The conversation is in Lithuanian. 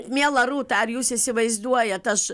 miela rūta ar jūs įsivaizduojat aš